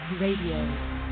Radio